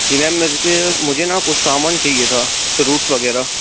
जी ma'am मुझ को मुझे ना कुछ सामान चाहिए था फ्रूट्स वग़ैरह